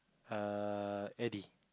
err Eddie